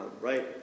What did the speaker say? right